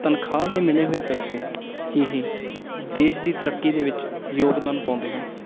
ਤਨਖਾਹ ਦੇ ਮਿਲੇ ਹੋਏ ਪੈਸੇ ਇਹ ਦੇਸ਼ ਦੀ ਤਰੱਕੀ ਦੇ ਵਿੱਚ ਯੋਗਦਾਨ ਪਾਉਂਦੇ ਹਨ